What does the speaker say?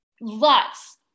lots